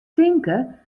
tinke